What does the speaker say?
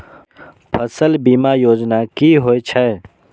फसल बीमा योजना कि होए छै?